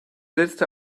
letzte